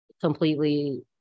completely